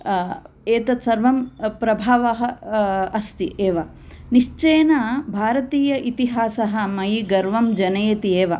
एतत् सर्वं प्रभावः अस्ति एव निश्चयेन भारतीय इतिहासः मयि गर्वं जनयति एव